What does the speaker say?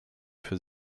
für